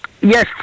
Yes